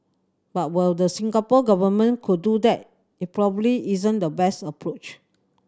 but while the Singapore Government could do that it probably isn't the best approach